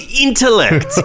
intellect